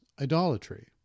idolatry